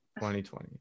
2020